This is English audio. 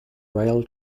rail